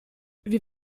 wir